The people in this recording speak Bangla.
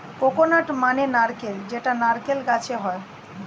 কোকোনাট মানে নারকেল যেটা নারকেল গাছে হয়